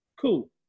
Cool